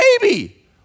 baby